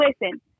Listen